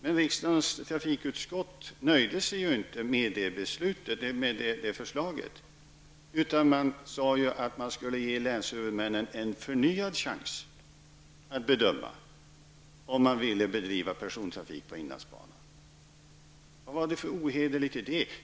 Men riksdagens trafikutskott nöjde sig ju inte med det förslaget, utan sade att man skulle ge länshuvudmännen en förnyad chans att bedöma om de ville bedriva persontrafik på inlandsbanan. Vad var det för ohederligt i det?